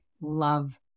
love